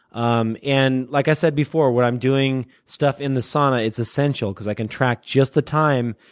um and like i said before, when i'm doing stuff in the sauna, it's essential because i can track just the time.